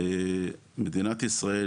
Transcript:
מדינת ישראל,